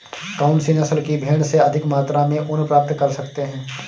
कौनसी नस्ल की भेड़ से अधिक मात्रा में ऊन प्राप्त कर सकते हैं?